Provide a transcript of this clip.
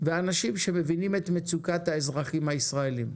ואנשים שמבינים את מצוקת האזרחים הישראלים.